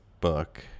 book